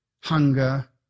hunger